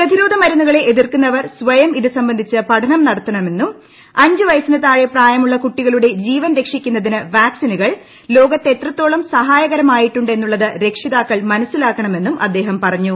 പ്രതിരോധ മരുന്നുകളെ എതിർക്കുന്നവർ സ്വയം ഇതുസംബന്ധിച്ച് പഠനം നടത്തണമെന്നും അഞ്ചു വയസ്സിനു താഴെ പ്രായമുള്ള കുട്ടികളുടെ ജീവൻ രക്ഷിക്കുന്നതിന് വാക്സിനുകൾ ലോകത്ത് എത്രത്തോളം സഹായകരമായിട്ടുണ്ട് എന്നുള്ളത് രക്ഷിതാക്കൾ മനസിലാക്കണമെന്നും അദ്ദേഹം പറഞ്ഞു